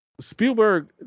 spielberg